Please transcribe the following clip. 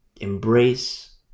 embrace